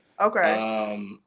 Okay